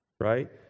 right